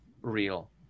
real